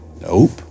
Nope